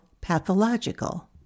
pathological